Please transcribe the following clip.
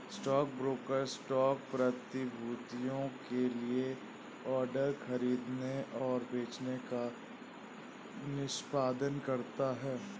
stockbroker stock प्रतिभूतियों के लिए ऑर्डर खरीदने और बेचने का निष्पादन करता है